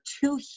two